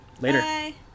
Later